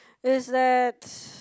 is that